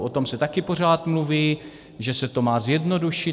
O tom se taky pořád mluví, že se to má zjednodušit.